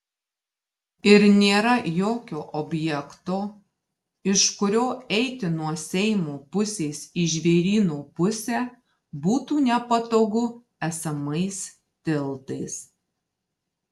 ir nėra jokio objekto iš kurio eiti nuo seimo pusės į žvėryno pusę būtų nepatogu esamais tiltais